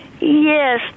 Yes